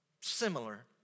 similar